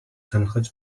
сонирхож